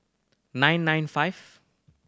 nine nine five